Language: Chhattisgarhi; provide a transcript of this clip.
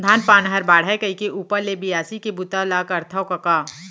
धान पान हर बाढ़य कइके ऊपर ले बियासी के बूता ल करथव कका